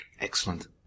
Excellent